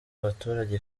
abaturage